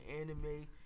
anime